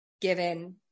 given